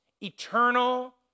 eternal